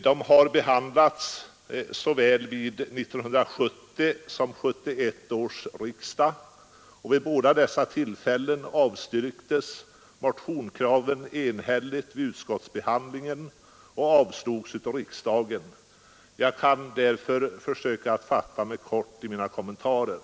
De har behandlats vid såväl 1970 som 1971 års riksdag, och vid båda dessa tillfällen avstyrktes motionskraven enhälligt vid utskottsbehandlingen och avslogs av riksdagen. Jag kan därför fatta mig kort i mina kommentarer.